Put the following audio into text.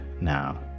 now